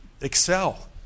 excel